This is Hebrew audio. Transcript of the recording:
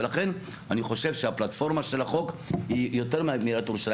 לכן אני חושב שהפלטפורמה של החוק היא יותר מעיריית ירושלים.